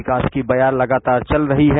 विकास की बयार लगातार चल रही है